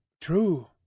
True